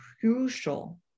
crucial